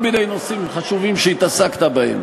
כל מיני נושאים חשובים שהתעסקת בהם,